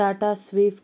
Tata swift